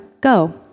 Go